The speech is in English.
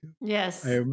Yes